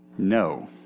No